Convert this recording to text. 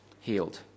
healed